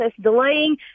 delaying